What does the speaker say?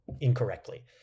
incorrectly